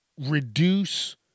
reduce